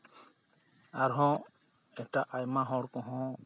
ᱟᱨᱦᱚᱸ ᱮᱴᱟᱜ ᱟᱭᱢᱟ ᱦᱚᱲ ᱠᱚᱦᱚᱸ